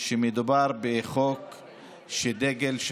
לפחות חלקה הגדול,